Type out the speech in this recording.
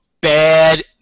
bad